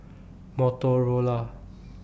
Motorola